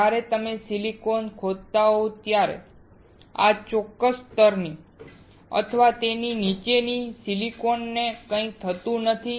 જ્યારે તમે સિલિકોન ખોદતા હોવ ત્યારે આ ચોક્કસ સ્તર અથવા તેની નીચેની સિલિકોનને કંઈ થતું નથી